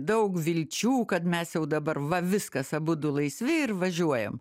daug vilčių kad mes jau dabar va viskas abudu laisvi ir važiuojam